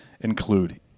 include